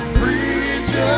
preacher